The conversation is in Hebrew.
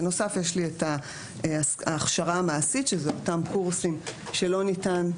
בנוסף יש לי את ההכשרה המעשית שזה אותם קורסים שלא ניתן,